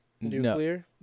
nuclear